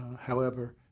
however,